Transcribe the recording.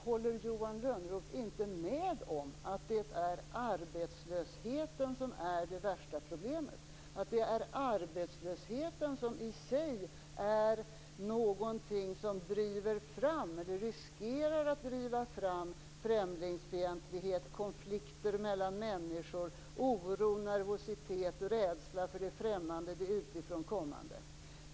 Håller Johan Lönnroth inte med om att det är arbetslösheten som är det värsta problemet? Det är arbetslösheten som i sig driver fram, eller riskerar att driva fram, främlingsfientlighet, konflikter mellan människor, oro, nervositet och rädsla för det främmande och det utifrån kommande.